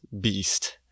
beast